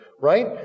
right